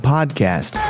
Podcast